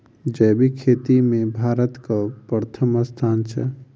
जैबिक खेती मे भारतक परथम स्थान छै